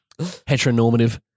heteronormative